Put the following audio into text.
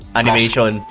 animation